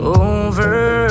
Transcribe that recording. over